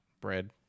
Bread